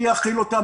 מי יאכיל אותם?